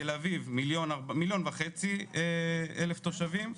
בתל אביב, 1,500,000 תושבים,